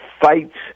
fights